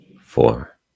four